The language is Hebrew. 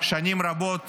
שנים רבות